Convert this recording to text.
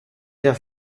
the